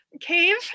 Cave